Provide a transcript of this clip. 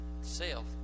self